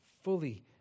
fully